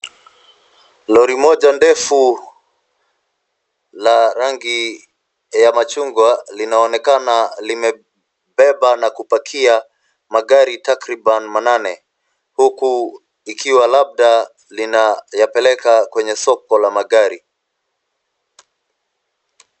Lori moja ndefu la rangi ya machungwa linaonekana limebeba na kupakia magari takriban manane huku likiwa labda linayapeleka kwenye soko la magari.